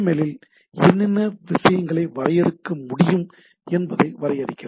L இல் என்னென்ன விஷயங்களை வரையறுக்க முடியும் என்பதை வரையறுக்கிறது